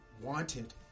wanted